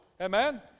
Amen